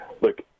look